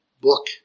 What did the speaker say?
book